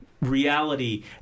Reality